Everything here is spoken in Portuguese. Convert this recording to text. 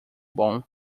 bom